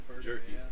jerky